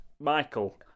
Michael